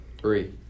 Three